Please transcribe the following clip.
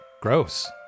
Gross